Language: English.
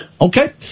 Okay